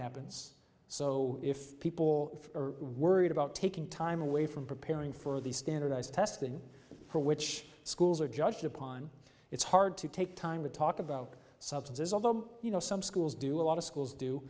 happens so if people are worried about taking time away from preparing for the standardized testing for which schools are judged upon it's hard to take time to talk about substances although you know some schools do a lot of schools do